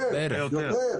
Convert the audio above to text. יותר, יותר.